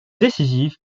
décisives